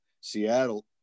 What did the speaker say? Seattle